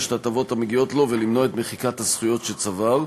את ההטבות המגיעות לו ולמנוע את מחיקת הזכויות שצבר.